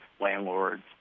landlords